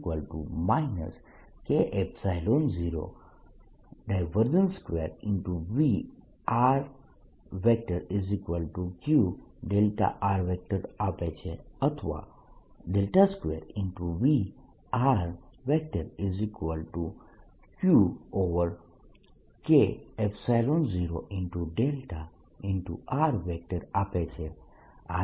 D K02VQ δ આપે છે અથવા 2VQK0δ આપે છે